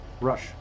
rush